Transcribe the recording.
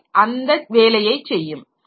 அவை அந்த வேலையைச் செய்யும்